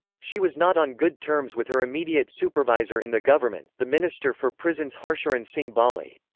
she was not on good terms with her immediate supervisor in the government, the minister for prisons harsharan singh balli.